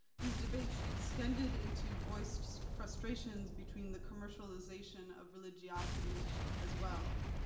these debates extended into voiced frustrations between the commercialization of religiosity as well.